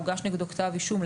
או שהוגש נגדו כתב אישום,